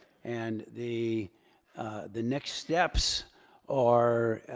and the the next steps are,